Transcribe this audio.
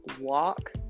walk